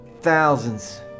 Thousands